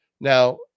now